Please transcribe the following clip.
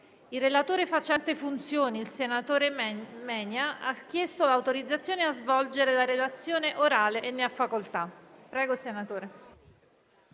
Il relatore facente funzioni, senatore Menia, ha chiesto l'autorizzazione a svolgere la relazione orale. Non facendosi